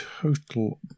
total